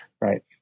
right